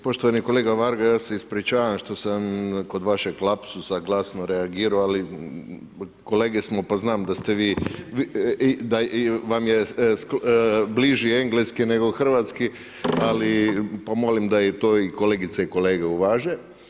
Poštovani kolega Varga, ja se ispričavam što sam kod vašeg lapsusa glasno reagirao ali kolege smo pa znam da ste vi, da vam je bliži engleski nego hrvatski ali, pa molim da to i kolegice i kolege uvaže.